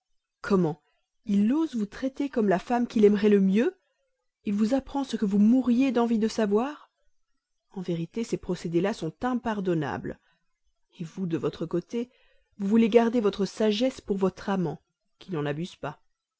comment il ose vous traiter comme la femme qu'il aimerait le mieux il vous apprend ce que vous mouriez d'envie de savoir en vérité ces procédés là sont impardonnables et vous de votre côté vous voulez garder votre sagesse pour votre amant qui n'en abuse pas